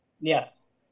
yes